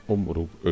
Omroep